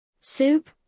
Soup